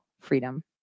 freedom